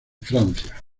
francia